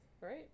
right